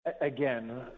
Again